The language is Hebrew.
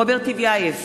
רוברט טיבייב,